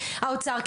האוצר,